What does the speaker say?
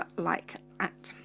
ah like at